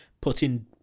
putting